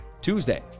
tuesday